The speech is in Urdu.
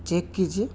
چیک کیجیے